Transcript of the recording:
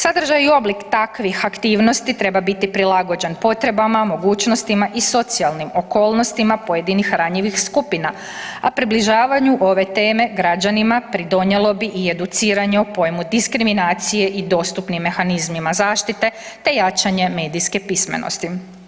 Sadržaj i oblik takvih aktivnosti treba biti prilagođen potrebama, mogućnostima i socijalnim okolnostima pojedinih ranjivih skupina, a približavanju ove teme građanima pridonijelo bi educiranje o pojmu diskriminacije i dostupnim mehanizmima zaštite te jačanje medijske pismenosti.